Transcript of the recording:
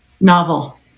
novel